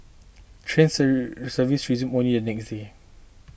train sir services resumed one year the next day